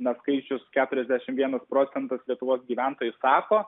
na skaičius keturiasdešimt vienas procentas lietuvos gyventojų sako